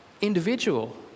individual